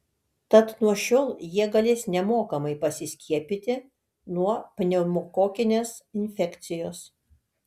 tad nuo šiol jie galės nemokamai pasiskiepyti nuo pneumokokinės infekcijos